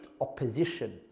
opposition